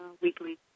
weekly